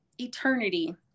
eternity